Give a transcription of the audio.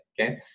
okay